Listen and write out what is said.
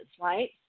right